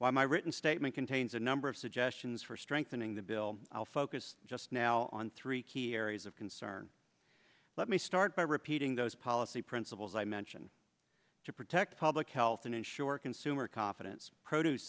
while my written statement contains a number of suggestions for strengthening the bill i'll focus just now on three key areas of concern let me start by repeating those policy principles i mentioned to protect public health and ensure consumer confidence produce